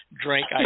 drink